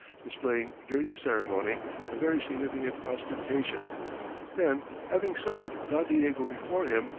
displaying during the ceremony a very significant ostentation then, having summoned don diego before him,